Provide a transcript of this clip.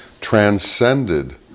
transcended